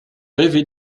rêvait